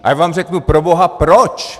A já vám řeknu proboha proč?